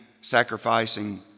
sacrificing